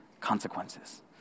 consequences